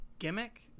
gimmick